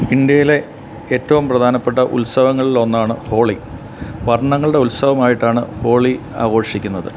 ഇന്ത്യയിലെ ഏറ്റവും പ്രധാനപ്പെട്ട ഉത്സവങ്ങളിൽ ഒന്നാണ് ഹോളി വർണ്ണങ്ങളുടെ ഉത്സവം ആയിട്ടാണ് ഹോളി ആഘോഷിക്കുന്നത്